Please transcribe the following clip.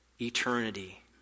eternity